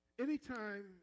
Anytime